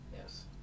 Yes